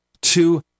two